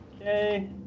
Okay